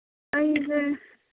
ꯑꯩꯁꯦ